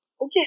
Okay